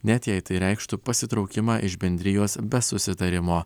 net jei tai reikštų pasitraukimą iš bendrijos be susitarimo